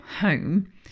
home